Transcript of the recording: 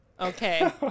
Okay